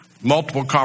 multiple